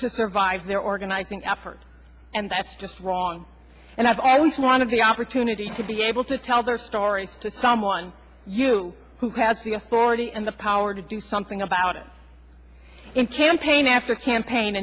to survive their organizing effort and that's just wrong and i've always wanted the opportunity to be able to tell others sorry to come on you who has the authority and the power to do something about it in campaign after campaign